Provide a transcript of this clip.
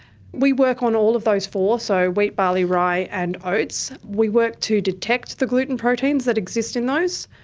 we work on all of those four, so wheat, barley, rye and oats. we work to detect the gluten proteins that exist in those.